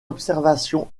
observations